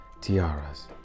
tiaras